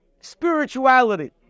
spirituality